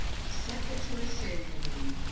except that you're ashamed of me,